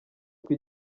uko